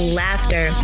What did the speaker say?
laughter